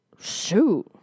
Shoot